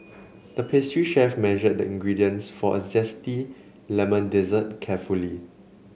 the pastry chef measured the ingredients for a zesty lemon dessert carefully